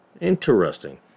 interesting